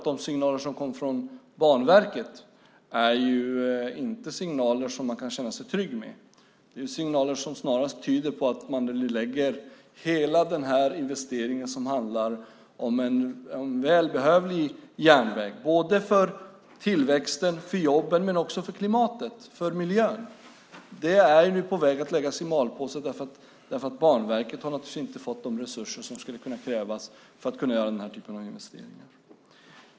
De signaler som kommer från Banverket är inte sådana som man kan känna sig trygg med. De tyder snarare på att man lägger hela investeringen av en välbehövlig järnväg i malpåse. Det är en järnväg som skulle behövas såväl för tillväxten och jobben som för klimatet och miljön. Banverket har inte fått de resurser som krävs för att kunna göra den typen av investeringar.